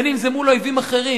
בין אם זה מול אויבים אחרים,